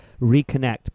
reconnect